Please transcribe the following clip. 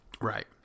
Right